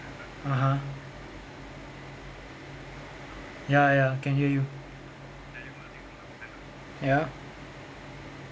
(uh huh) ya ya can hear you